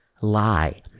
lie